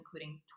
including